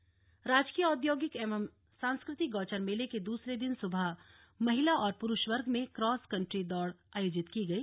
गौचर मेला राजकीय औद्योगिक एवं सांस्कृतिक गौचर मेले के दूसरे दिन सुबह महिला और पुरूष वर्ग में क्रॉस कन्ट्री दौड़ आयोजित की गई